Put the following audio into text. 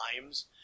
times